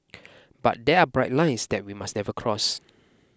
but there are bright lines that we must never cross